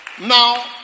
Now